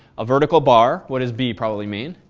a vertical bar, what is b probably mean?